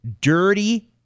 dirty